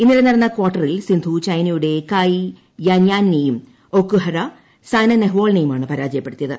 ഇന്നലെ നടന്ന കാർട്ടറിൽ സിന്ധു ചൈനയുടെ കായി യാന്യാനിനെയും ഒക്കുഹര സൈന നെഹ്വാളിനേയുമാണ് പരാജയപ്പെടുത്തിയത്